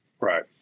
Right